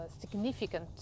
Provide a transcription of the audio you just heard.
significant